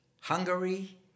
Hungary